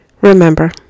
Remember